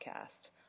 podcast